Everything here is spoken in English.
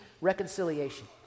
reconciliation